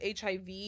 HIV